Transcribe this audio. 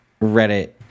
Reddit